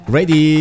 Ready